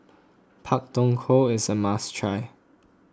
Pak Thong Ko is a must try